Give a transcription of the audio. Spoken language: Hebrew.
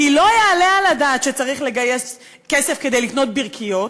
כי לא יעלה על הדעת שצריך לגייס כסף כדי לקנות ברכיות,